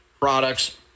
products